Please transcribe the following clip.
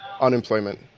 Unemployment